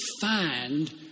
find